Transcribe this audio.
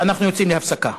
אנחנו יוצאים להפסקה.